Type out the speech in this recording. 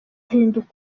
ahinduka